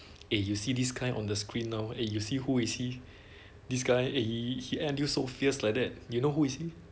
eh you see this kind on the screen now you see who is he this guy eh he act until so fierce like that you know who is he